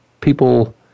people